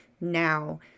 now